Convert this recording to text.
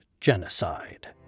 genocide